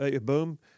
Boom